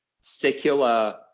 secular